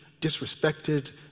disrespected